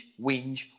whinge